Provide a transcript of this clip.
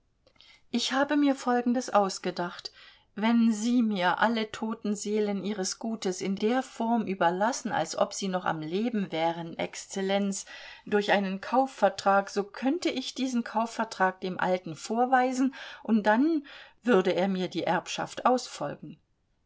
ich habe mir folgendes ausgedacht wenn sie mir alle toten seelen ihres gutes in der form überlassen als ob sie noch am leben wären exzellenz durch einen kaufvertrag so könnte ich diesen kaufvertrag dem alten vorweisen und dann würde er mir die erbschaft ausfolgen